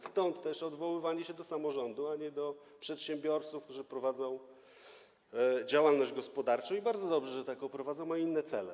Stąd też odwoływanie się do samorządu, a nie do przedsiębiorców, którzy prowadzą działalność gospodarczą - i bardzo dobrze, że taką prowadzą - ma inne cele.